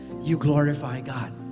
you glorify god.